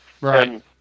Right